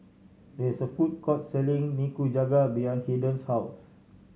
there is a food court selling Nikujaga behind Haden's house